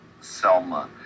Selma